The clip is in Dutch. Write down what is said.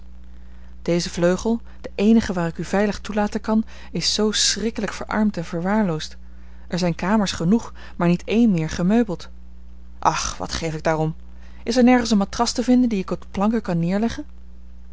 deze vleugel de eenige waar ik u veilig toelaten kan is zoo schrikkelijk verarmd en verwaarloosd er zijn kamers genoeg maar niet één meer gemeubeld och wat geef ik daarom is er nergens een matras te vinden die ik op de planken kan neerleggen